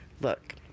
Look